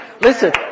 Listen